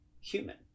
human